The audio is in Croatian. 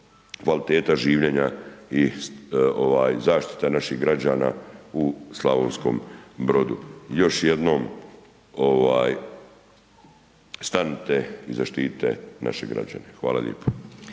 kvaliteta življenja i zaštita napih građana u Slavonskom Brodu. Još jednom stanite i zaštitite naše građane. Hvala lijepo.